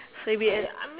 so it be